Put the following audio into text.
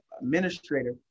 administrator